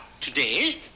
today